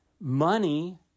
Money